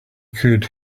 could